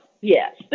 yes